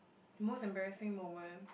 most embarrassing moment